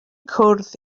cwrdd